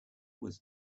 was